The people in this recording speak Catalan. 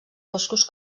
boscos